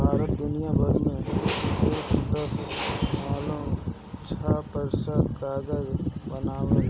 भारत दुनिया भर कअ एक दशमलव छह प्रतिशत कागज बनावेला